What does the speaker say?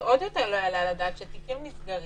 ועוד יותר לא יעלה על הדעת שתיקים נסגרים